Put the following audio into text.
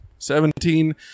Seventeen